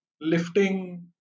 lifting